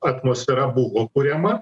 atmosfera buvo kuriama